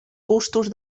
gustos